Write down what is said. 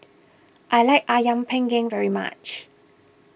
I like Ayam Panggang very much